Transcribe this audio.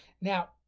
Now